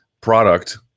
product